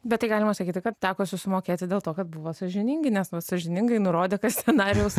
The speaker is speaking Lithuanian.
bet tai galima sakyti kad teko susimokėti dėl to kad buvot sąžiningi nes sąžiningai nurodė kas scenarijaus au